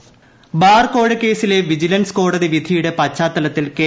Vijayaraghavan bar കോഴക്കേസിലെ vigilance കോടതി വിധിയുടെ പശ്ചാത്തലത്തിൽ കെ